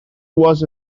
was